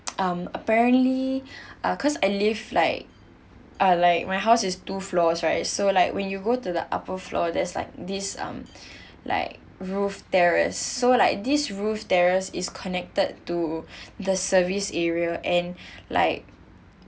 um apparently uh cause I live like uh like my house is two floors right so like when you go to the upper floor there's like this um like roof terrace so like this roof terrace is connected to the service area and like